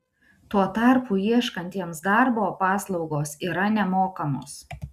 tuo tarpu ieškantiems darbo paslaugos yra nemokamos